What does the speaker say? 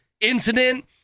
incident